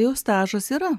jau stažas yra